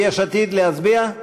יש עתיד, להצביע?